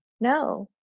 No